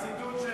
זה ציטוט,